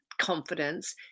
confidence